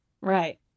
Right